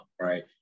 right